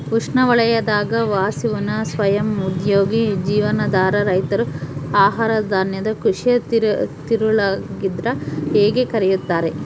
ಉಷ್ಣವಲಯದಾಗ ವಾಸಿಸುವ ಸ್ವಯಂ ಉದ್ಯೋಗಿ ಜೀವನಾಧಾರ ರೈತರು ಆಹಾರಧಾನ್ಯದ ಕೃಷಿಯ ತಿರುಳಾಗಿದ್ರ ಹೇಗೆ ಕರೆಯುತ್ತಾರೆ